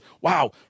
Wow